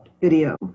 video